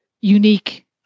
unique